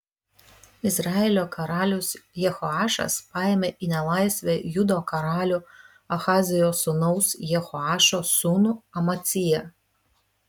izraelio karalius jehoašas paėmė į nelaisvę judo karalių ahazijo sūnaus jehoašo sūnų amaciją